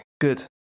good